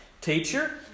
Teacher